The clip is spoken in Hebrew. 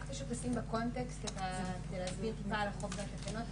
רק פשוט לשים בקונטקסט כמה מילים כדי להסביר טיפה על החוק בדקה?